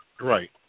Right